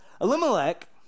Elimelech